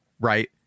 right